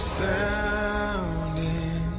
sounding